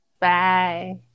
Bye